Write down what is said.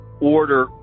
order